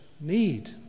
need